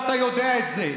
ואתה יודע את זה.